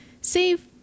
save